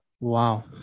Wow